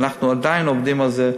ואנחנו עדיין עובדים על זה,